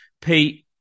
Pete